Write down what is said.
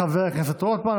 תודה לחבר הכנסת רוטמן.